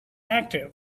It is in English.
active